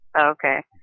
Okay